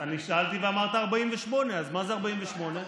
אני שאלתי ואמרת 48', אז מה זה 48'?